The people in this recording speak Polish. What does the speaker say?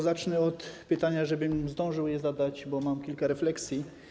Zacznę od pytania, żebym zdążył je zadać, bo mam kilka refleksji.